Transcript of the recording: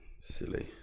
Silly